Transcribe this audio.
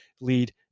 lead